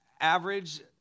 average